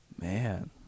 Man